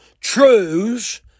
truths